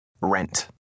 Rent